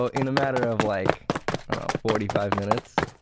ah in a matter of like forty five minutes,